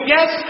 Yes